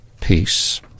peace